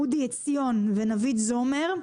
אודי עציון ונדיב זומר: